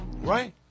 Right